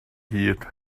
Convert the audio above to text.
hyd